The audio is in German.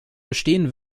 bestehen